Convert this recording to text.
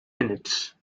minutes